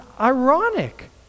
ironic